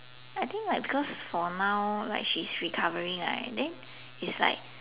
I think like because for now like she's recovering right then it's like